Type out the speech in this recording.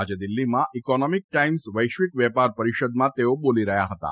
આજે દિલ્હીમાં Economic Times વૈશ્વિક વેપાર પરિષદમાં તેઓ બોલી રહ્યા હતાં